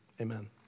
amen